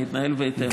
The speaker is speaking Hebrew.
אני אתנהל בהתאם.